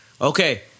Okay